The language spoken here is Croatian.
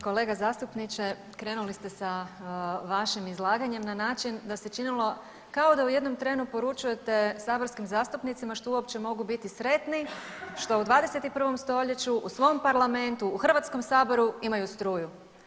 Kolega zastupniče krenuli ste sa vašim izlaganjem na način da se činilo kao da u jednom trenu poručujete saborskim zastupnicima što uopće mogu biti sretni što u 21. stoljeću u svom parlamentu, u Hrvatskom saboru imaju struju.